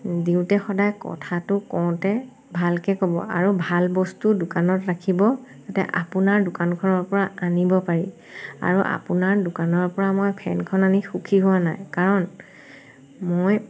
দিওঁতে সদায় কথাটো কওঁতে ভালকৈ ক'ব আৰু ভাল বস্তু দোকানত ৰাখিব যাতে আপোনৰ দোকানখনৰ পৰা আনিব পাৰি আৰু আপোনাৰ দোকানৰ পৰা মই ফেনখন আনি মই সুখী হোৱা নাই কাৰণ মই